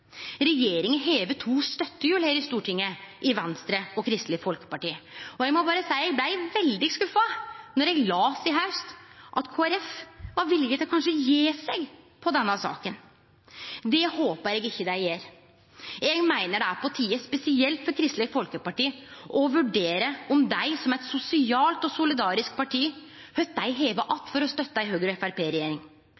Regjeringa har to støttehjul her i Stortinget, i Venstre og Kristeleg Folkeparti. Eg må berre seie at eg blei veldig skuffa då eg las i haust at Kristeleg Folkeparti kanskje var villig til å gje seg på denne saka. Det håpar eg ikkje dei gjer. Eg meiner det er på tide, spesielt for Kristeleg Folkeparti, å vurdere kva dei som eit sosialt og solidarisk parti